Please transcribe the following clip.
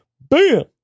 bam